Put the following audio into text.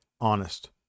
honest